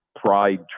pride